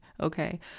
okay